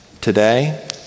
today